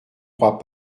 crois